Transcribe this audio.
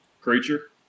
creature